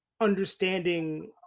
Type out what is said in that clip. understanding